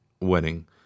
wedding